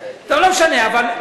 טוב, לא משנה אבל.